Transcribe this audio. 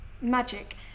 magic